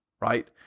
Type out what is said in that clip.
right